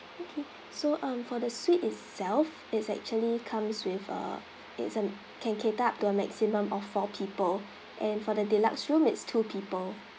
okay so um for the suite itself it's actually comes with a it's an can cater up to a maximum of four people and for the deluxe room it's two people